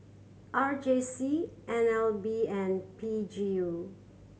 R J C N L B and P G U